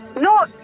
No